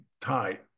tight